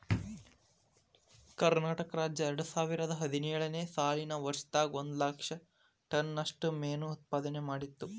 ಕರ್ನಾಟಕ ರಾಜ್ಯ ಎರಡುಸಾವಿರದ ಹದಿನೇಳು ನೇ ಸಾಲಿನ ವರ್ಷದಾಗ ಒಂದ್ ಲಕ್ಷ ಟನ್ ನಷ್ಟ ಮೇನು ಉತ್ಪಾದನೆ ಮಾಡಿತ್ತು